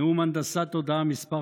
נאום הנדסת תודעה מס'